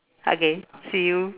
okay see you